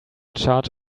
charge